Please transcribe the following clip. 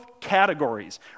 categories